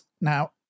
Now